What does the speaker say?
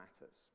matters